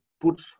put